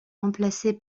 remplacé